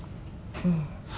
ah